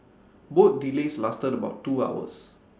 both delays lasted about two hours